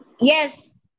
Yes